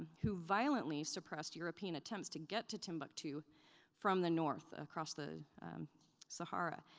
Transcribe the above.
who violently suppressed european attempts to get to timbuktu from the north, across the sahara.